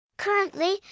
Currently